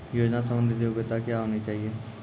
योजना संबंधित योग्यता क्या होनी चाहिए?